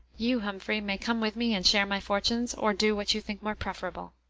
you, humphrey, may come with me and share my fortunes, or do what you think more preferable.